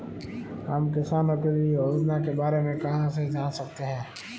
हम किसानों के लिए योजनाओं के बारे में कहाँ से जान सकते हैं?